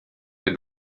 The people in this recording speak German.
der